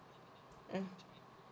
mm